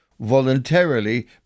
voluntarily